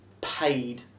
paid